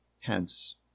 hence